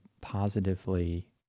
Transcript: positively